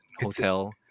hotel